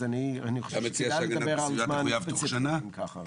אז אני חושב שכדאי לדבר על זמן ספציפי, אם ככה.